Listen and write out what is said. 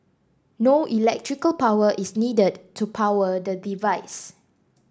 no electrical power is needed to power the device